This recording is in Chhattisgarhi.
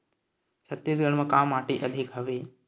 छत्तीसगढ़ म का माटी अधिक हवे?